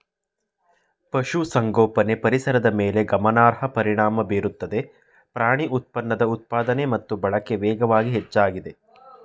ಪಶುಸಂಗೋಪನೆ ಪರಿಸರದ ಮೇಲೆ ಗಮನಾರ್ಹ ಪರಿಣಾಮ ಬೀರುತ್ತದೆ ಪ್ರಾಣಿ ಉತ್ಪನ್ನದ ಉತ್ಪಾದನೆ ಮತ್ತು ಬಳಕೆ ವೇಗವಾಗಿ ಹೆಚ್ಚಾಗಿದೆ